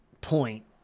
point